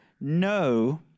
no